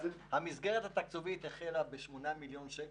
המסגרת התקציבית החלה ב-8 מיליון שקל,